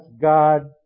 God